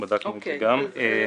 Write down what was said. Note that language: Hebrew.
בדקנו גם את זה.